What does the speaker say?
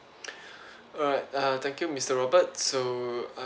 alright uh thank you mister robert so